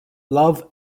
love